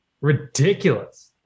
ridiculous